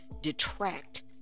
detract